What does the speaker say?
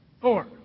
Four